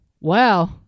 Wow